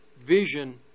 vision